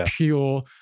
pure